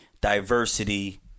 diversity